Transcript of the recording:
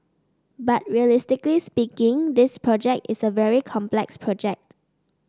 but realistically speaking this project is a very complex project